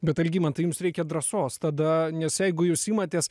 bet algimantai jums reikia drąsos tada nes jeigu jūs imatės